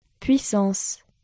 Puissance